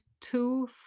two